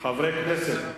חברי כנסת,